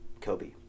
Kobe